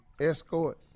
escort